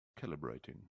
calibrating